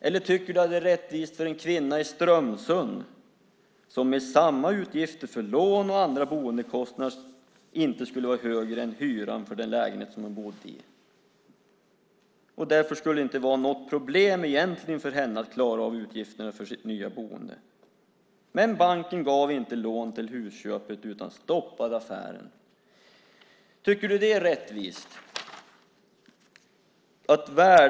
Vi kan tänka oss en kvinna i Strömsund som med utgifter för lån och andra boendekostnader inte skulle ha högre kostnad i ett eget hus än vad hyran är för den lägenhet som hon bor i. Därför skulle det egentligen inte vara något problem för henne att klara av utgifterna för sitt nya boende. Men banken gav inte lån till husköpet, utan stoppade affären. Tycker du att det är rättvist, Anders Borg?